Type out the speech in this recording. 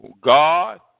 God